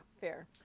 fair